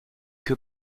que